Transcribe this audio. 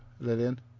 Lillian